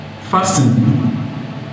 fasting